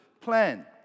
plan